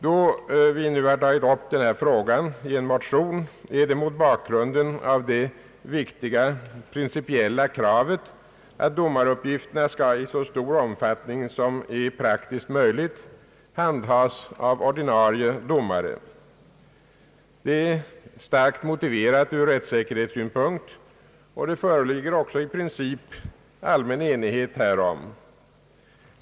Då vi nu har tagit upp denna fråga i en motion är det mot bakgrunden av det viktiga principiella kravet, att domaruppgifterna i så stor omfattning som är praktiskt möjligt skall handhas av ordinarie domare. Detta krav är starkt motiverat ur rättssäkerhetssynpunkt, och det föreligger också i princip allmän enighet härom.